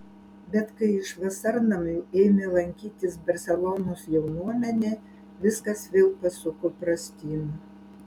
bet kai iš vasarnamių ėmė lankytis barselonos jaunuomenė viskas vėl pasuko prastyn